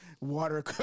water